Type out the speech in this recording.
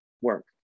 work